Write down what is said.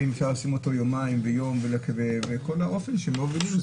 האם אפשר לשים אותו יומיים בהמתנה וכל האופן שבו מובילים.